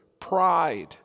Pride